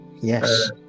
Yes